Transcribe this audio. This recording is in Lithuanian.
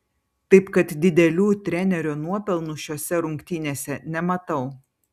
taip kad didelių trenerio nuopelnų šiose rungtynėse nematau